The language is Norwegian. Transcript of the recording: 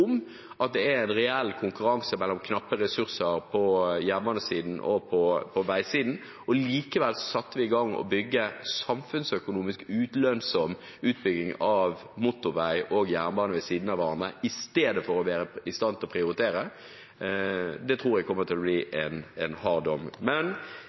at det er en reell konkurranse mellom knappe ressurser på jernbanesiden og på veisiden, og likevel satte i gang med samfunnsøkonomisk ulønnsom utbygging av motorvei og jernbane ved siden av hverandre, i stedet for å være i stand til å prioritere – så kommer det til å bli